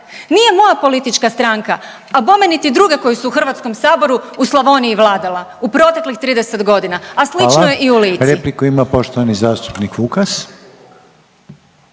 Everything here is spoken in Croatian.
Nije politička stranka, a bome niti druge koje u Hrvatskom saboru u Slavoniji vladala u proteklih 30 godina, a …/Upadica: